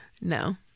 no